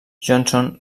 johnson